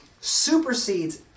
supersedes